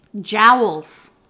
jowls